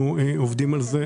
אנחנו עובדים על זה.